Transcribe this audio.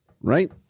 right